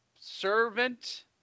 servant